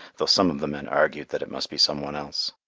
though some of the men argued that it must be some one else.